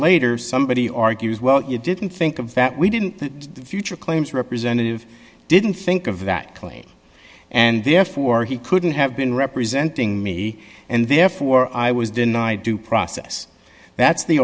later somebody argues well you didn't think of that we didn't the future claims representative didn't think of that claim and therefore he couldn't have been representing me and therefore i was denied due process that's the